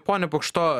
pone pukšto